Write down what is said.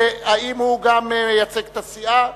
האם הוא גם מייצג את הסיעה?